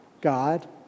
God